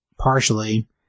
partially